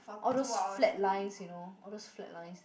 all those flat lines you know all those flat lines